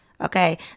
Okay